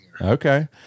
Okay